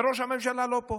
וראש הממשלה לא פה,